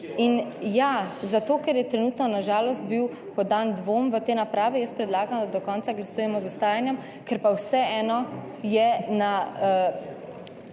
In ja, zato ker je trenutno na žalost bil podan dvom v te naprave, jaz predlagam, da do konca glasujemo z vstajanjem, ker pa je vseeno na